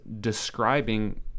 describing